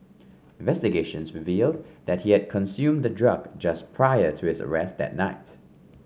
investigations revealed that he had consumed the drug just prior to his arrest that night